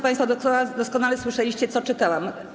Państwo doskonale słyszeliście, co przeczytałam.